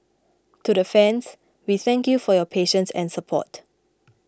to the fans we thank you for your patience and support